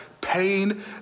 pain